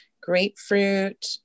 grapefruit